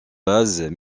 bases